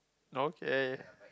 okay